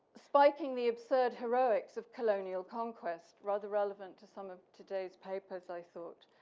spiking the absurd heroics of colonial conquest rather relevant to some of today's papers i thought.